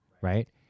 right